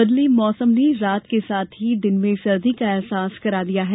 बदले मौसम ने रात के साथ ही दिन में सर्दी का अहसास करा दिया है